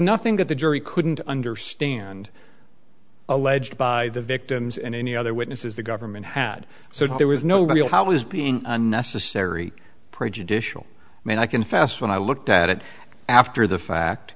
nothing that the jury couldn't understand alleged by the victims and any other witnesses the government had so there was no real how was being unnecessary prejudicial and i can fast when i looked at it after the fact